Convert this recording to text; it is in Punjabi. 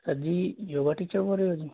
ਸਰ ਜੀ ਯੋਗਾ ਟੀਚਰ ਬੋਲ ਰਹੇ ਹੋ ਜੀ